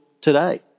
today